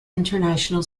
international